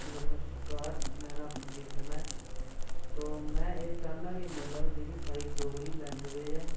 नमस्कार मेरा नांऽ प्रदीप शर्मा ऐ तो मैं एह् चाह्न्नां के मतलब जेह्की स्हाड़ी डोगरी लैंगुएज ऐ